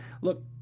Look